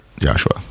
Joshua